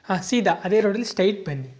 ಹಾಂ ಸೀದಾ ಅದೇ ರೋಡಲ್ಲಿ ಸ್ಟೈಟ್ ಬನ್ನಿ